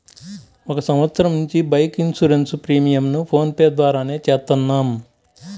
ఒక సంవత్సరం నుంచి బైక్ ఇన్సూరెన్స్ ప్రీమియంను ఫోన్ పే ద్వారానే చేత్తన్నాం